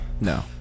No